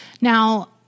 Now